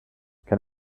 can